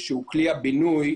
-- שהוא כלי הבינוי,